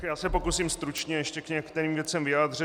Já se pokusím stručně ještě k některým věcem se vyjádřit.